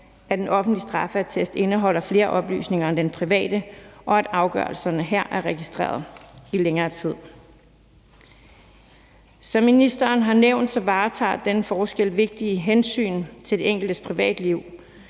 at den offentlige straffeattest indeholder flere oplysninger end den private, og at afgørelserne her er registreret i længere tid. Som ministeren har nævnt, varetager denne forskel vigtige hensyn til den enkeltes privatliv,